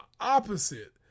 opposite